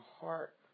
heart